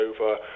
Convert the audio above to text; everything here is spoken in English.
over